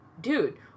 dude